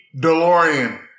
Delorean